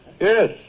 Yes